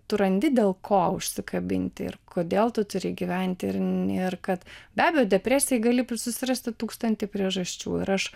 tu randi dėl ko užsikabinti ir kodėl tu turi gyventi ir nėr kad be abejo depresijai gali susirasti tūkstantį priežasčių ir aš